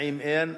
התשע"ב 2011,